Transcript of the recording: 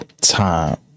time